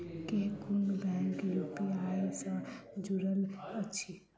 केँ कुन bank UPI सँ जुड़ल अछि?